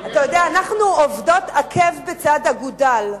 אתה יודע, אנחנו עובדות עקב בצד אגודל,